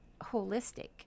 holistic –